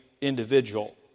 individual